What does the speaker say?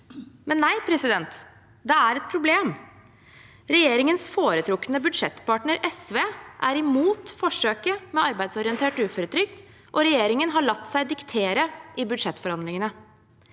men nei, det er et problem. Regjeringens foretrukne budsjettpartner, SV, er imot forsøket med arbeidsorientert uføretrygd, og regjeringen har latt seg diktere i budsjettforhandlingene.